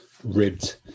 ribbed